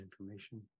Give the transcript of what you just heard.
information